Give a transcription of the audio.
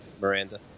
Miranda